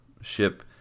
ship